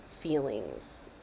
feelings